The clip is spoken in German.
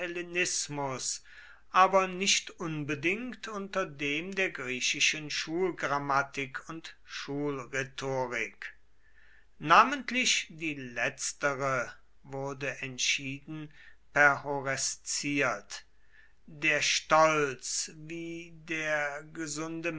aber nicht unbedingt unter dem der griechischen schulgrammatik und schulrhetorik namentlich die letztere wurde entschieden perhorresziert der stolz wie der gesunde